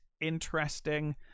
interesting